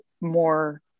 more